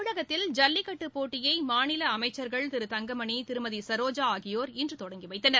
தமிழகத்தில் ஜல்லிக்கட்டு போட்டியை மாநில அமைச்சர்கள் திரு தங்கமணி திருமதி ச்ரோஜா ஆகியோர் இன்று தொடங்கி வைத்தனர்